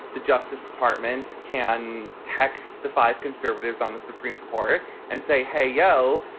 the justice department can text the five conservatives on the supreme court and say, hey, yo,